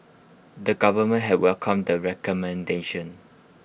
the government had welcomed the recommendations